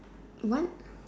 what